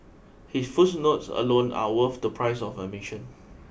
his footnotes alone are worth the price of admission